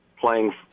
playing